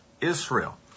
Israel